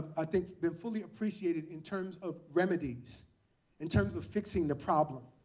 i think, fully appreciated in terms of remedies in terms of fixing the problem.